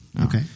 okay